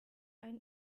ein